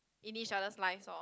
in each other's lives lor